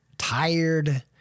tired